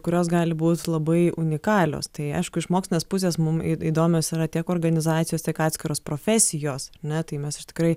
kurios gali būt labai unikalios tai aišku iš mokslinės pusės mum įdomios yra tiek organizacijos tiek atskiros profesijos ar ne tai mes iš tikrai